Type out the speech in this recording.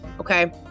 Okay